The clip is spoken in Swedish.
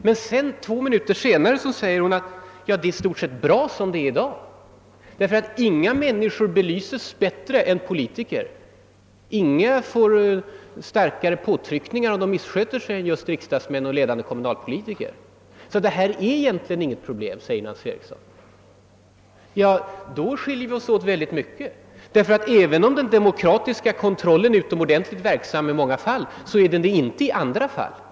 Men två minuter senare sade hon att det i dag i stort sett är bra, eftersom inga människors arbete belyses bättre än politikers och inga utsätts för starkare kritik om de missköter sig än just riksdagsmän och ledande kommunalpolitiker. Enligt Nancy Eriksson är det här egentligen inget problem. Men i så fall har vi mycket olika uppfattningar. Ty även om den demokratiska kontrollen i många fall är utomordentligt verksam, är den det inte i alla sammanhang.